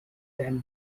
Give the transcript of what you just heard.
than